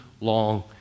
long